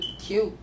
cute